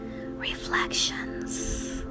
reflections